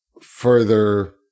further